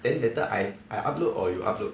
then later I I upload or you upload